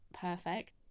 perfect